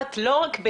כבר שלושה כיסאות,